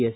S